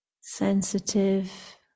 sensitive